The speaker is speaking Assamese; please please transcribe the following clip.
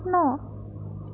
ন